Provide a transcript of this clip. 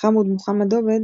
חמוד מוחמד עובד,